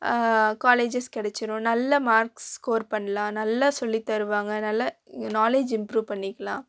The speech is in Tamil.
காலேஜஸ் கிடச்சிரும் நல்ல மார்க்ஸ் ஸ்கோர் பண்ணலாம் நல்லா சொல்லித் தருவாங்க நல்ல நாலேஜ் இம்ப்ரூ பண்ணிக்கலாம்